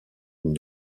une